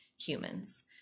humans